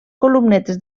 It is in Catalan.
columnetes